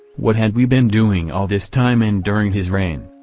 what had we been doing all this time and during his reign?